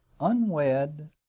unwed